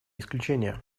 исключение